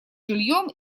жильем